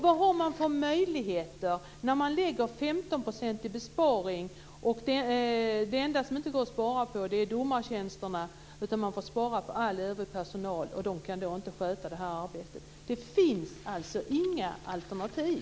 Vad har man för möjligheter när man åläggs en 15 procentig besparing? Det enda som det inte går att spara på är domartjänsterna, utan man får spara på all övrig personal. Den kan då inte sköta arbetet. Det finns alltså inga alternativ.